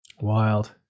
Wild